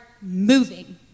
moving